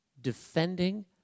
defending